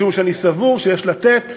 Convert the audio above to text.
משום שאני סבור שיש לתת